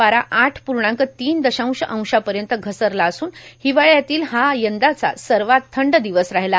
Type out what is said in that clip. पारा आठ पूर्णांक तीन दशांश अंशापर्यंत घसरला आणि हिवाळ्यातील यंदाचा हा सर्वात थंड दिवस राहिला